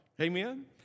Amen